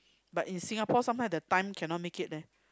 but in Singapore sometime the time cannot make it leh